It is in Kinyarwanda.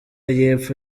y’epfo